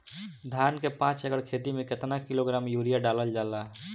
धान के पाँच एकड़ खेती में केतना किलोग्राम यूरिया डालल जाला?